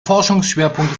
forschungsschwerpunkte